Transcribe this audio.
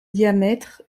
diamètre